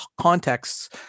contexts